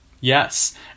Yes